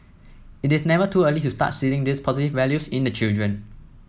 it is never too early to start seeding these positive values in the children